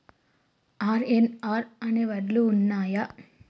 RNR అనే వడ్లు ఉన్నయా?